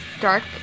Dark